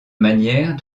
manière